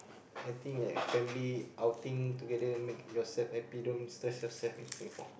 I think a family outing together make yourself happy don't stress yourself in Singapore